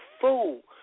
fool